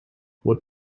what